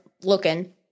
looking